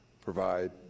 provide